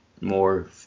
more